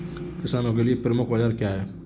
किसानों के लिए प्रमुख औजार क्या हैं?